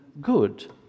good